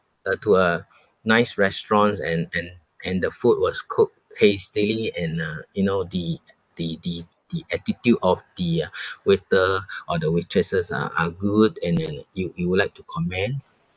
uh to a nice restaurants and and and the food was cooked tastily and uh you know the the the the attitude of the uh waiter or the waitresses are are good and then you you would like to commend